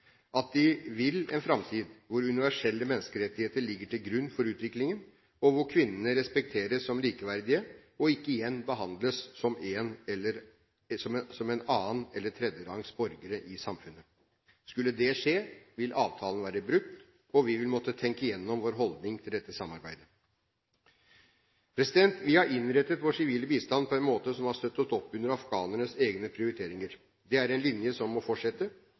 at de vil en framtid hvor universelle menneskerettigheter ligger til grunn for utviklingen, og hvor kvinnene respekteres som likeverdige og ikke igjen behandles som annen- eller tredjerangs borgere i samfunnet. Hvis ikke vil avtalen være brutt, og vi vil måtte tenke igjennom vår holdning til dette samarbeidet. Vi har innrettet vår sivile bistand på en måte som har støttet opp under afghanernes egne prioriteringer. Det er en linje som må fortsette.